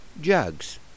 jugs